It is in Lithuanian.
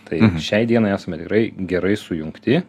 tai šiai dienai esame tikrai gerai sujungti